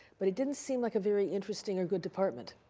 but it didn't seem like a very interesting or good department.